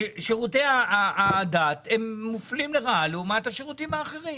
שירותי הדת מופלים לרעה לעומת השירותים האחרים,